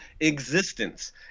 existence